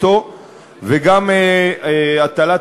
וגם מוטלת